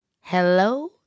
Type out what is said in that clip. Hello